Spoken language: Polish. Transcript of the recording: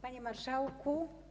Panie Marszałku!